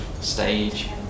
stage